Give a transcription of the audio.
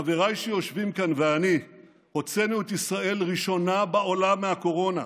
חבריי שיושבים כאן ואני הוצאנו את ישראל ראשונה בעולם מהקורונה.